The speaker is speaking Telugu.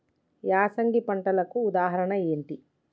యాసంగి పంటలకు ఉదాహరణ ఏంటి?